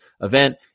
event